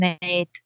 made